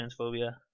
transphobia